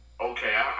okay